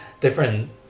different